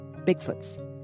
Bigfoots